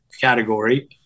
category